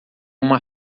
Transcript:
uma